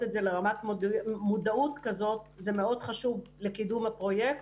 את זה לרמת מודעות כזו זה מאוד חשוב לקידום הפרויקט,